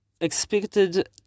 expected